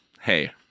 Hey